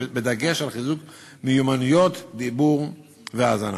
בדגש על חיזוק מיומנויות דיבור והאזנה.